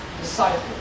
Disciple